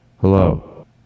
hello